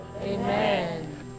Amen